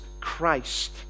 Christ